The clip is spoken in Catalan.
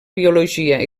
biologia